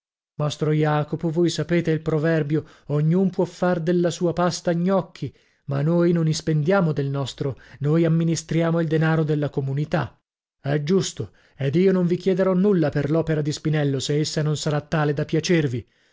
mastro jacopo voi sapete il proverbio ognun può far della sua pasta gnocchi ma noi non ispendiamo del nostro noi amministriamo il denaro della comunità è giusto ed io non vi chiederò nulla per l'opera di spinello se essa non sarà tale da piacervi